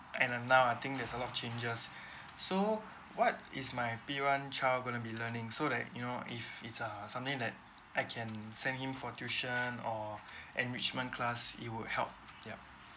and uh now I think there's a lot of changes so what is my P one child going to be learning so that you know if it's ah something that I can send him for tuition or enrichment class it will help yup